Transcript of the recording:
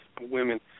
women –